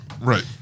Right